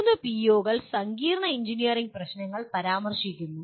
മൂന്ന് പിഒകൾ സങ്കീർണ്ണ എഞ്ചിനീയറിംഗ് പ്രശ്നങ്ങൾ പരാമർശിക്കുന്നു